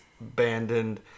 abandoned